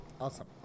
Awesome